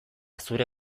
zure